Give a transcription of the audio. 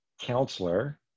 counselor